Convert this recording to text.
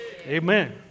Amen